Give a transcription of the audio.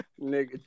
nigga